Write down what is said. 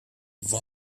vai